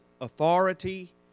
authority